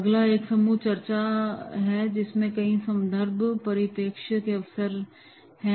अगला एक समूह चर्चा है जिसमें कई संदर्भ और परिप्रेक्ष्य के अवसर हैं